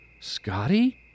Scotty